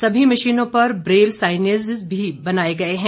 सभी मशीनों पर ब्रेल साईनेज भी बनाए गए हैं